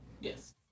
Yes